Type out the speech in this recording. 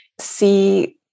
see